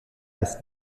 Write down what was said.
ist